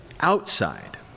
outside